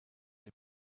les